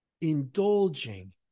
indulging